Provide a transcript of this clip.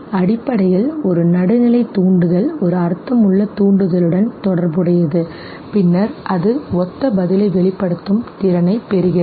அடிப்படையில் ஒரு நடுநிலை தூண்டுதல் ஒரு அர்த்தமுள்ள தூண்டுதலுடன் தொடர்புடையது பின்னர் அது ஒத்த பதிலை வெளிப்படுத்தும் திறனைப் பெறுகிறது